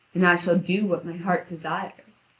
and i shall do what my heart desires.